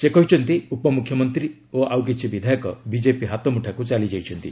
ସେ କହିଛନ୍ତି ଉପମୁଖ୍ୟମନ୍ତ୍ରୀ ଓ ଆଉକିଛି ବିଧାୟକ ବିଜେପି ହାତମୁଠାକୁ ଚାଲିଯାଇଛନ୍ତି